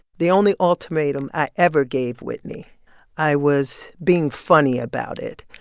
the only ultimatum i ever gave whitney i was being funny about it,